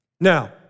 Now